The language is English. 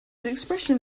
expression